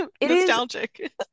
nostalgic